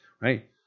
right